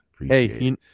Hey